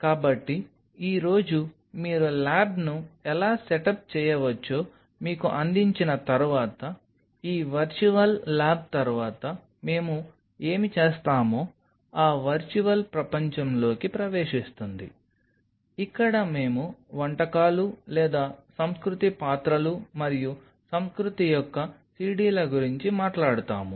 కాబట్టి ఈ రోజు మీరు ల్యాబ్ను ఎలా సెటప్ చేయవచ్చో మీకు అందించిన తర్వాత ఈ వర్చువల్ ల్యాబ్ తర్వాత మేము ఏమి చేస్తామో ఆ వర్చువల్ ప్రపంచంలోకి ప్రవేశిస్తుంది ఇక్కడ మేము వంటకాలు లేదా సంస్కృతి పాత్రలు మరియు సంస్కృతి యొక్క CDల గురించి మాట్లాడుతాము